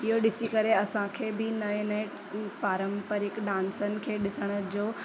इहो ॾिसी करे असांखे बि नएं नएं पारम्परिकु डांसनि खे ॾिसण जो